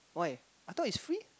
why I thought is free